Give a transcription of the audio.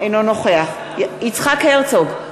אינו נוכח יצחק הרצוג,